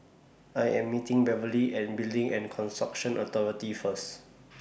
I Am meeting Beverley At Building and Construction Authority First